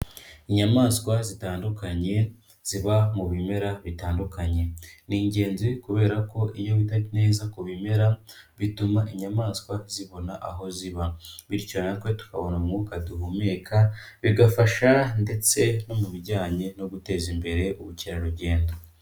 Inyamaswa zitandukanye, ziba mu bimera bitandukanye. Ni ingenzi kubera ko iyo wita neza ku bimera, bituma inyamaswa zibona aho ziba. Bityo natwe tukabona umwuka duhumeka, bigafasha ndetse no mu bijyanye no guteza imbere ubukerarugendo.